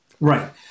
Right